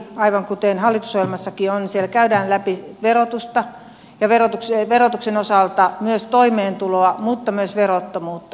aivan kuten hallitusohjelmassakin on siellä käydään läpi verotusta ja verotuksen osalta myös toimeentuloa mutta myös verottomuutta